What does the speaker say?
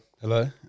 Hello